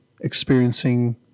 experiencing